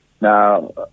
Now